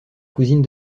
cousine